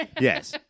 Yes